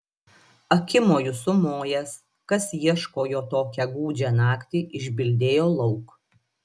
akimoju sumojęs kas ieško jo tokią gūdžią naktį išbildėjo lauk